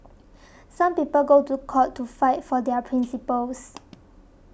some people go to court to fight for their principles